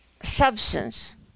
substance